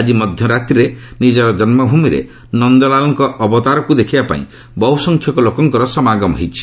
ଆକି ମଧ୍ୟରାତ୍ରିରେ ନିଜର ଜନ୍ମୁଭୂମିରେ ନନ୍ଦଲାଲଙ୍କ ଅବତାରକୁ ଦେଖିବା ପାଇଁ ବହୁସଂଖ୍ୟକ ଲୋକଙ୍କର ସମାଗମ ହୋଇଛି